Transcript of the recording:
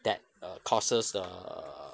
that err causes err